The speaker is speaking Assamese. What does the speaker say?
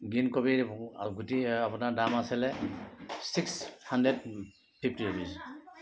গ্ৰীণ কবি গুটি আপোনাৰ দাম আছিলে ছিক্স হাণড্ৰেড ফিফটি ৰুপিছ